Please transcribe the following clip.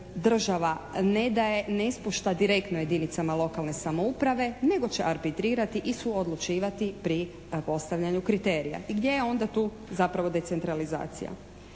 država ne daje, ne spušta direktno jedinicama lokalne samouprave nego će arbitrirati i suodlučivati pri postavljanju kriterija. I gdje je onda tu zapravo decentralizacija?